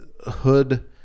hood